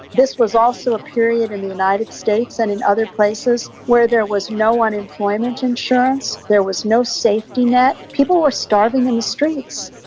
this was also a period in the united states and in other places where there was no unemployment insurance, there was no safety net. people were starving in the streets.